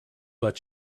but